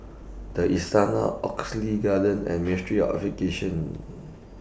The Istana Oxley Garden and Ministry of Education